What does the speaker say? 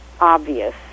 obvious